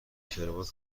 کراوات